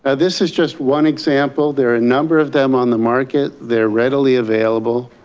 and this is just one example, there are a number of them on the market. they're readily available,